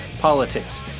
politics